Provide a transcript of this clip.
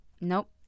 Nope